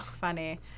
funny